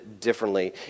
differently